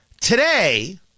Today